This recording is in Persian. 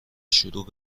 شروع